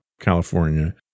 california